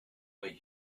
wait